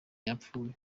yapfuye